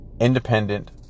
independent